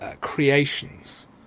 creations